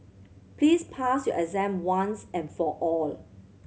please pass your exam once and for all